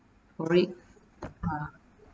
for it ah